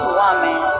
woman